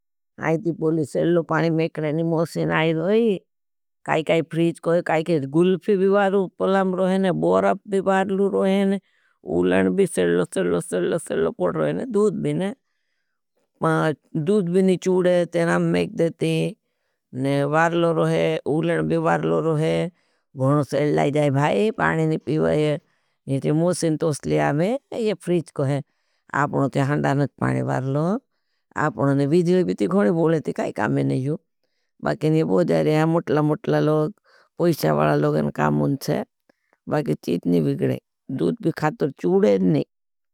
आईती पूली सेल्लो पानी मेखडेनी मोशीन आयी रोही काई-काई फ्रीज कोई, काई-काई गुल्फी भी वारू पलाम रोहेने बॉराप भी। वार्लो रोहेने उलन भी सेल्लो-सेल्लो-सेल्लो सेल्लो पड़ रोहेने, दूद भी ने चूड़े ते नाम मेखडेती, वार्लो रोहे। उलन भी वार्लो रोहे, गुल्फी सेल्लो लाई जाए भाई, पानी ने पीवाई। इंचे मोशीन तोस्टली आवे, ये फ्रीज कोई, आपनों ते हंडाने पानी वार्लो, आपनों ने वीजले भी थी कहने बोले थी। काई क।